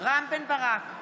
רם בן ברק,